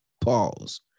pause